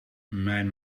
mijn